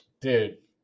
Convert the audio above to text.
dude